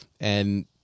and-